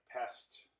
pest